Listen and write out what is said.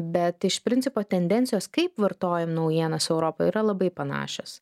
bet iš principo tendencijos kaip vartojam naujienas europoj yra labai panašios